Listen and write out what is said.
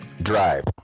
drive